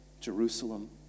Jerusalem